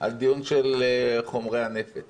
על דיון בחומרי נפץ